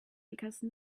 because